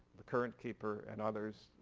the current keeper and others,